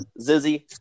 Zizzy